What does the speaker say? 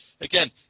again